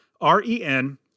R-E-N